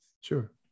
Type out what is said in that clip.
Sure